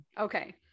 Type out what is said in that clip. Okay